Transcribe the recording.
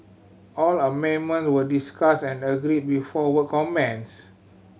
all amendment were discussed and agreed before work commenced